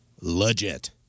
legit